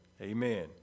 amen